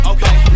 Okay